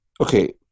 okay